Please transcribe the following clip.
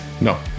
No